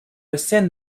ascend